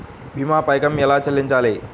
భీమా పైకం ఎలా చెల్లించాలి?